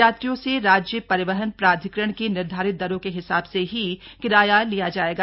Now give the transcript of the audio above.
यात्रियों से राज्य परिवहन प्राधिकरण की निर्धारित दरों के हिसाब से ही किराया लिया जाएगा